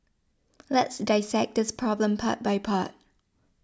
let's dissect this problem part by part